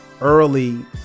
early